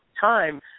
time